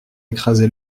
écraser